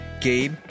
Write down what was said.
Gabe